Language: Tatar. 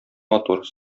матур